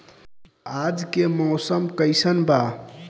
आज के मौसम कइसन बा?